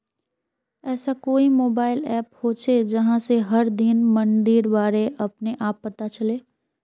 ऐसा कोई mobile app होचे जहा से हर दिन मंडीर बारे अपने आप पता चले?